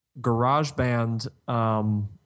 GarageBand